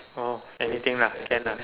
oh anything lah can lah